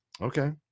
Okay